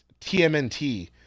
TMNT